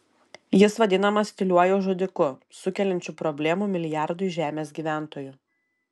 jis vadinamas tyliuoju žudiku sukeliančiu problemų milijardui žemės gyventojų